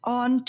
on